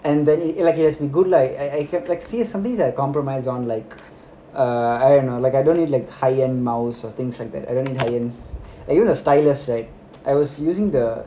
and then it like it has to be good lah I I like see some things that I compromise on like err I don't know like I don't need like high end mouse or things like that I don't need high end s~ like you know the stylus right I was using the